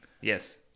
Yes